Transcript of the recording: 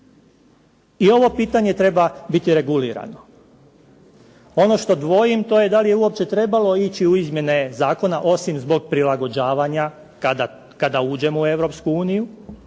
I ovo pitanje treba biti regulirano. Ono što dvojim to je da li je uopće trebalo ići u izmjene zakona osim zbog prilagođavanja kada uđemo u